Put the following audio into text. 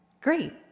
Great